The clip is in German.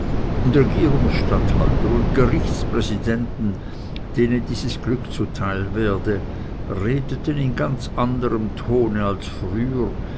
und regierungsstatthalter und gerichtspräsidenten denen dieses glück zu teil werde redeten in ganz anderem tone als früher